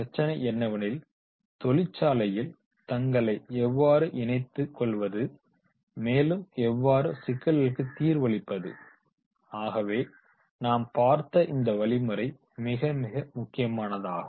பிரச்சினை என்னவெனில் தொழிற்சாலையில் தங்களை எவ்வாறு இணைத்து கொள்வது மேலும் எவ்வாறு சிக்கல்களுக்கு தீர்வுளிப்பது ஆகவே நாம் பார்த்த இந்த வழிமுறை மிக மிக முக்கியமானதாகும்